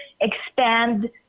expand